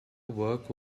work